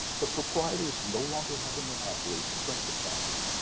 the proprietors no longer have a monopoly to print the text,